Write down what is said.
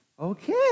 Okay